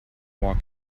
walked